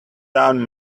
down